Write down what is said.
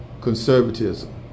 conservatism